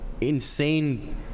insane